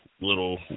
little